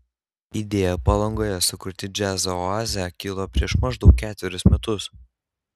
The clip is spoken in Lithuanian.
idėja palangoje sukurti džiazo oazę kilo prieš maždaug ketverius metus